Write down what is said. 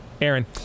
Aaron